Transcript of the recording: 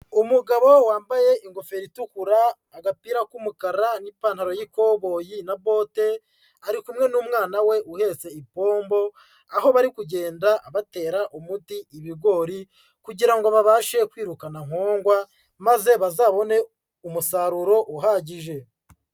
Umugabo wambaye ingofero itukura, agapira k'umukara n'ipantaro y'ikoboyi na bote, ari kumwe n'umwana we uhetse ipombo, aho bari kugenda batera umuti ibigori kugira ngo babashe kwirukana nkongwa, maze bazabone umusaruro uhagije.